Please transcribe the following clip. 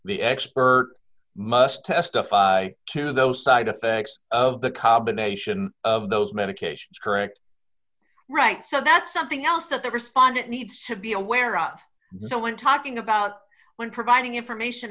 the expert must testify to those side effects of the combination of those medications correct right so that's something else that the respondent needs to be aware of so when talking about when providing information